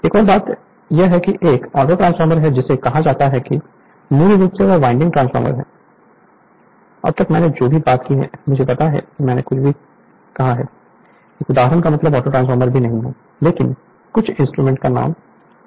Refer Slide Time 1657 एक और बात एक ऑटोट्रांसफॉर्मर है जिसे कहा जाता है कि मूल रूप से यह वाइंडिंग ट्रांसफार्मर है अब तक मैंने जो भी बात की है मुझे पता है कि मैंने भी कुछ कहा है एक उदाहरण का मतलब ऑटोट्रांसफ़ॉर्मर भी नहीं है लेकिन कुछ इंस्ट्रूमेंट का नाम मैंने लिया है